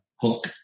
hook